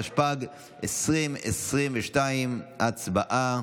התשפ"ג 2022. הצבעה.